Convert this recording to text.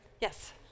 Yes